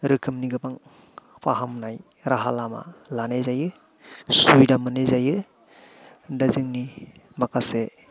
रोखोमनि गोबां फाहामनाय राहा लामा लानाय जायो सुबिदा मोननाय जायो दा जोंनि माखासे